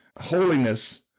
holiness